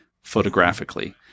photographically